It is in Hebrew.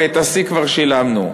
ואת השיא כבר שילמנו.